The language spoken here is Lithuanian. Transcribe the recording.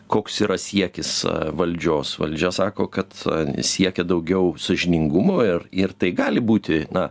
koks yra siekis valdžios valdžia sako kad siekia daugiau sąžiningumo ir ir tai gali būti na